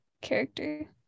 character